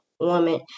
woman